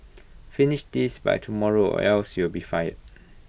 finish this by tomorrow or else you'll be fired